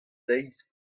deiz